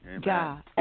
God